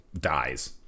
dies